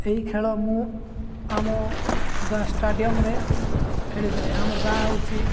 ଏହି ଖେଳ ମୁଁ ଆମ ଷ୍ଟାଡ଼ିୟମ୍ରେ ଖେଳିଥାଏ ଆମ ଗାଁ ହେଉଛି